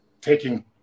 taking